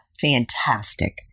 Fantastic